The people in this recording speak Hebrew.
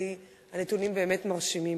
כי הנתונים באמת מרשימים.